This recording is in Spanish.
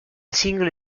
single